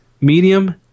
medium